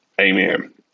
amen